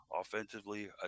offensively